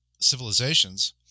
civilizations